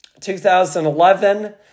2011